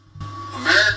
America